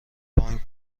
بانک